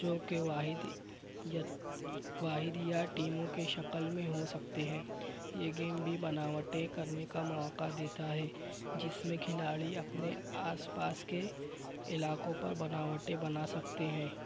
جو کہ واحد یا واحد یا ٹیموں کی شکل میں ہو سکتے ہیں یہ گیم بھی بناوٹیں کرنے کا مواقع دیتا ہے جس میں کھلاڑی اپنے آس پاس کے علاقوں پر بناوٹیں بنا سکتے ہیں